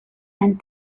and